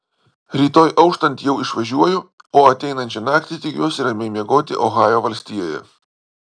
rytoj auštant jau išvažiuoju o ateinančią naktį tikiuosi ramiai miegoti ohajo valstijoje